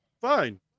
Fine